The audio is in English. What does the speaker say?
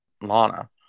lana